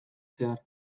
zehar